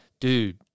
Dude